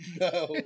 No